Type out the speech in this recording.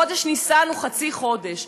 חודש ניסן הוא חצי חודש,